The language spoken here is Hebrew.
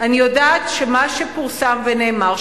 אני יודעת שמה שפורסם ונאמר,